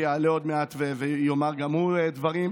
שיעלה עוד מעט ויאמר גם הוא דברים.